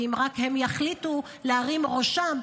ואם הם יחליטו רק להרים את ראשם,